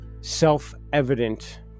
self-evident